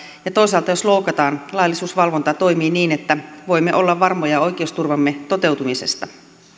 ja toisaalta jos loukataan että laillisuusvalvonta toimii niin että voimme olla varmoja oikeusturvamme toteutumisesta